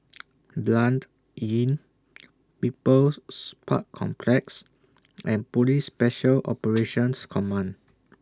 Blanc Inn People's Park Complex and Police Special Operations Command